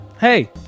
Hey